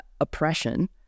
oppression